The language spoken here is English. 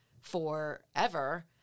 forever